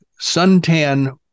suntan